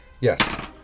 Yes